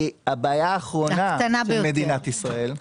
היא הבעיה האחרונה של מדינת ישראל.